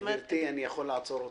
גברתי, אני יכול לעצור אותך?